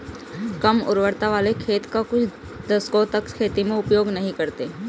कम उर्वरता वाले खेत का कुछ दशकों तक खेती में उपयोग नहीं करते हैं